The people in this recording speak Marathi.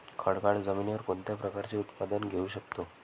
खडकाळ जमिनीवर कोणत्या प्रकारचे उत्पादन घेऊ शकतो?